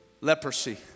leprosy